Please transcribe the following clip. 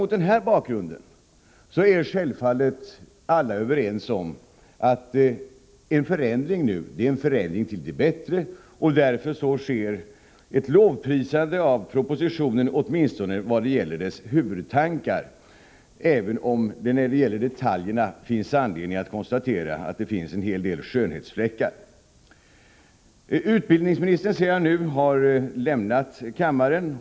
Mot denna bakgrund är självfallet alla överens om att en förändring nu är en förändring till det bättre. Därför sker ett lovprisande av propositionen, åtminstone när det gäller dess huvudtankar, även om det när det gäller detaljerna finns anledning att konstatera att det föreligger en hel del skönhetsfläckar. Jag ser att utbildningsministern nu har lämnat kammaren.